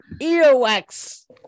earwax